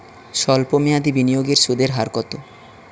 সল্প মেয়াদি বিনিয়োগের সুদের হার কত?